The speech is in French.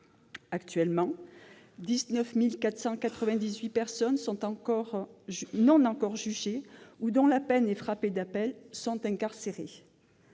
Actuellement, 19 498 personnes non encore jugées ou dont la peine est frappée d'appel sont incarcérées.